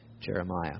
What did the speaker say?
Jeremiah